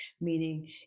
meaning